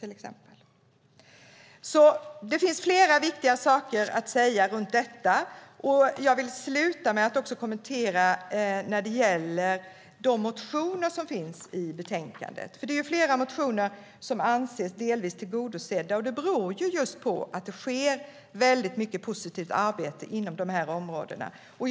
Det finns alltså flera viktiga saker att nämna när det gäller detta. Jag vill avsluta med att kommentera de motioner som finns i betänkandet. Det är flera motioner som anses delvis tillgodosedda, och det beror just på att det sker mycket positivt arbete på de här områdena.